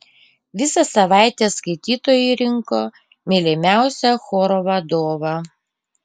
visą savaitę skaitytojai rinko mylimiausią choro vadovą